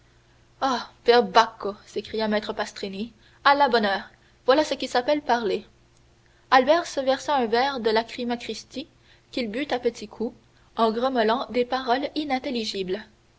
bacco s'écria maître pastrini à la bonne heure voilà ce qui s'appelle parler albert se versa un verre de lacryma christi qu'il but à petits coups en grommelant des paroles inintelligibles